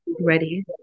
ready